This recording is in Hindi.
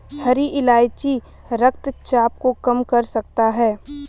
हरी इलायची रक्तचाप को कम कर सकता है